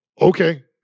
Okay